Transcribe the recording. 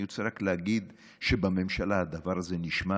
אני רוצה רק להגיד שבממשלה הדבר הזה נשמע,